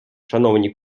шановні